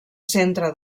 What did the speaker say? centra